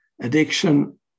addiction